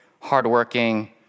hardworking